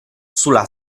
sulla